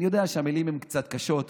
אני יודע שהמילים קצת קשות,